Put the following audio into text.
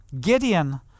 Gideon